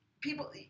people